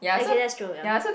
okay that's true ya